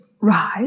rise